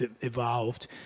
evolved